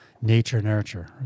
nature-nurture